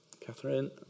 Catherine